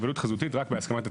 היוועדות חזותית רק בהסכמת הצדדים.